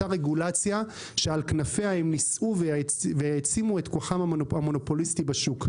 אותה רגולציה שעל כנפיה הם נישאו והעצימו את כוחם המונופוליסטי בשוק,